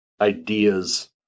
Ideas